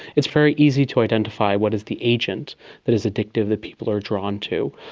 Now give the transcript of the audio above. it's very easy to identify what is the agent that is addictive that people are drawn to.